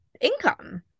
income